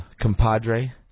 compadre